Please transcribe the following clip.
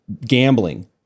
gambling